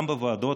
גם בוועדות,